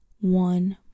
one